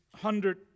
hundred